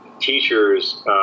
teachers